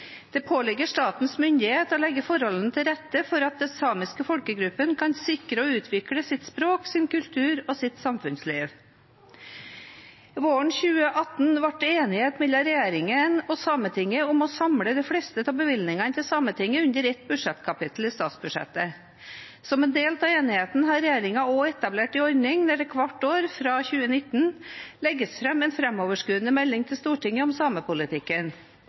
«Det påligger statens myndigheter å legge forholdene til rette for at den samiske folkegruppe kan sikre og utvikle sitt språk, sin kultur og sitt samfunnsliv.» Våren 2018 ble det enighet mellom regjeringen og Sametinget om å samle de fleste av bevilgningene til Sametinget under ett budsjettkapittel i statsbudsjettet. Som en del av enigheten har regjeringen også etablert en ordning hvor det hvert år fra 2019 legges fram en framoverskuende melding til Stortinget om samepolitikken.